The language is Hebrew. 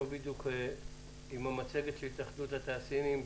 אנחנו עם המצגת של התאחדות התעשיינים,